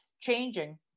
changing